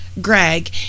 greg